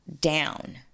down